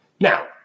Now